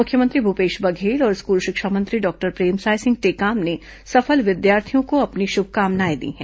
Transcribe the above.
मुख्यमंत्री भूपेश बघेल और स्कूल शिक्षा मंत्री डॉक्टर प्रेमसाय सिंह टेकाम ने सफल विद्यार्थियों को अपनी शुभकामनाएं दी हैं